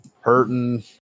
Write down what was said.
Hurting